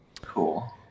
Cool